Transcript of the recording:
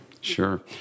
Sure